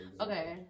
Okay